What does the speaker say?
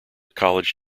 college